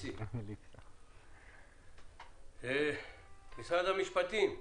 נציגת משרד המשפטים,